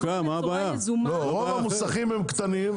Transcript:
רוב המוסכים הם קטנים.